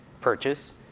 purchase